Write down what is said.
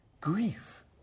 grief